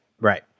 Right